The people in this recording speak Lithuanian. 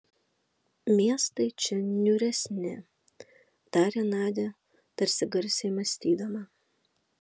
miestai čia niūresni tarė nadia tarsi garsiai mąstydama